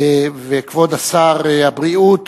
וכבוד שר הבריאות,